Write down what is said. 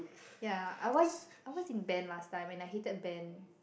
yeah I was I was in band last time and I hated band